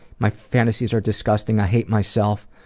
my fantasies are disgusting, i hate myself,